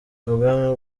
ubwami